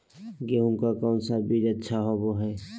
गेंहू के कौन बीज अच्छा होबो हाय?